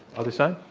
other side.